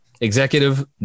executive